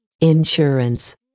Insurance